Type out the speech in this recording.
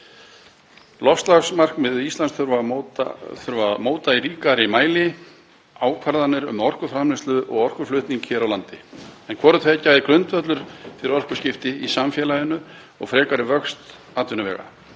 Loftslagsmarkmið Íslands þurfa að móta í ríkari mæli ákvarðanir um orkuframleiðslu og orkuflutning hér á landi en hvort tveggja er grundvöllur fyrir orkuskipti í samfélaginu og frekari vöxt atvinnuvega.